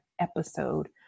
episode